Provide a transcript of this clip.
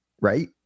right